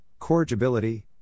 corrigibility